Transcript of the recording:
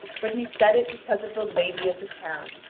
but he said it because of the lady of the town,